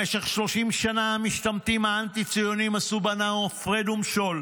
במשך 30 שנה המשתמטים האנטי-ציונים עשו בנו הפרד ומשול,